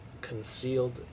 concealed